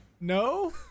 No